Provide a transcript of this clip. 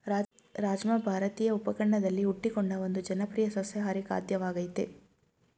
ರಾಜ್ಮಾ ಭಾರತೀಯ ಉಪಖಂಡದಲ್ಲಿ ಹುಟ್ಟಿಕೊಂಡ ಒಂದು ಜನಪ್ರಿಯ ಸಸ್ಯಾಹಾರಿ ಖಾದ್ಯವಾಗಯ್ತೆ